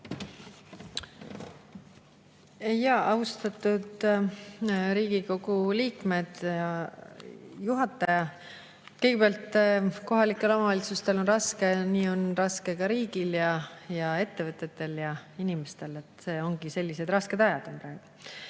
Palun! Austatud Riigikogu liikmed ja juhataja! Kõigepealt, kohalikel omavalitsustel on raske, nii on raske ka riigil ja ettevõtetel ja inimestel. Ongi sellised rasked ajad praegu.